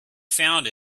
found